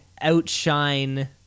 outshine